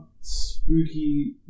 spooky